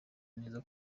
neza